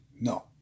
No